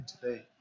today